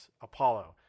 Apollo